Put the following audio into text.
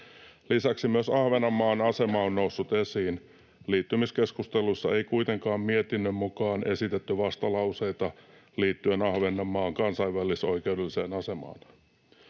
Lisäksi myös Ahvenanmaan asema on noussut esiin. Liittymiskeskusteluissa ei kuitenkaan mietinnön mukaan esitetty vastalauseita liittyen Ahvenanmaan kansainvälisoikeudelliseen asemaan.